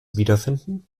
wiederfinden